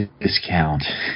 discount